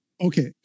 Okay